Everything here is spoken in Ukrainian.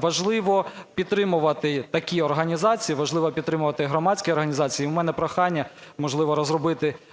Важливо підтримувати такі організації, важливо підтримувати громадські організації, і в мене прохання, можливо, розробити